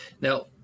Now